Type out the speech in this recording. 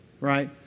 Right